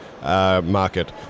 market